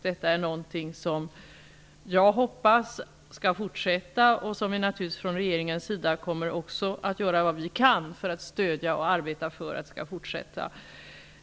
Jag hoppas att detta skall fortsätta, och vi kommer naturligtvis från regeringens sida att göra vad vi kan för att så skall bli fallet.